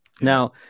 Now